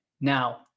Now